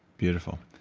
beautiful.